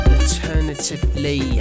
Alternatively